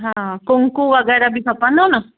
हा कुंकू वगैरह बि खपंदो न